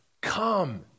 come